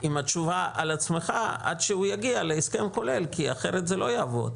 עם התשובה על עצמך עד שהוא יגיע להסכם כולל כי אחרת זה לא יעבוד.